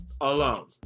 alone